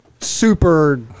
super